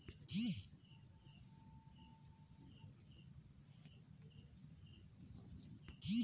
নাউ এ্যাক জাতের নতার নাকান গছ যা ফলের বাদে আবাদ করাং হই